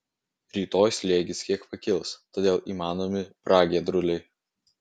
rytoj slėgis kiek pakils todėl įmanomi pragiedruliai